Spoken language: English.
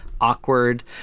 awkward